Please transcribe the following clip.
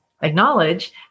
acknowledge